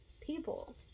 people